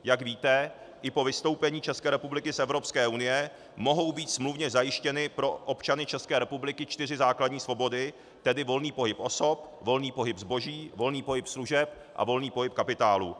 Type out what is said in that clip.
Jak víte, i po vystoupení České republiky z Evropské unie mohou být smluvně zajištěny pro občany České republiky čtyři základní svobody, tedy volný pohyb osob, volný pohyb zboží, volný pohyb služeb a volný pohyb kapitálu.